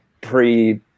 pre